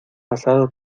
pasado